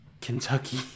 Kentucky